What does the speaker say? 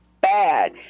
bad